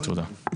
תודה.